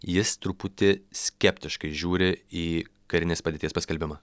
jis truputį skeptiškai žiūri į karinės padėties paskelbimą